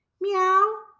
Meow